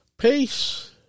Peace